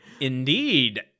Indeed